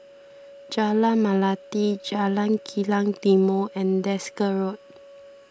Jalan Melati Jalan Kilang Timor and Desker Road